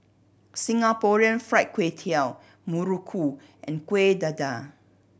Singapore Fried Kway Tiao muruku and Kuih Dadar